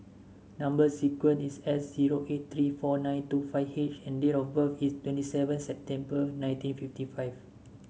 number sequence is S zero eight three four nine two five H and date of birth is twenty seven September nineteen fifty five